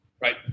Right